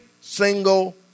single